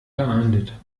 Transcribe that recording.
geahndet